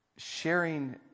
sharing